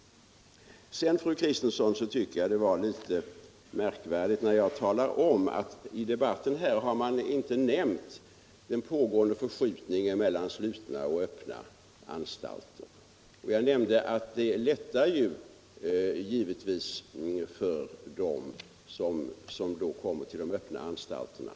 Sedan, fru Kristensson, tycker jag att det är litet märkvärdigt att man i debatten här inte tagit hänsyn till den pågående förskjutningen mellan slutna och öppna anstalter. Jag nämnde att det givetvis lättar problemet med inlösningen för dem som kommer till de öppna anstalterna.